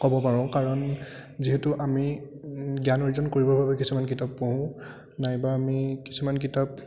ক'ব পাৰোঁ কাৰণ যিহেতু আমি জ্ঞান অৰ্জন কৰিবৰ বাবে কিছুমান কিতাপ পঢ়োঁ নাইবা আমি কিছুমান কিতাপ